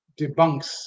debunks